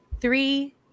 three